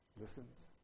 listens